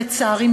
לצערי,